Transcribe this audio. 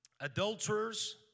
adulterers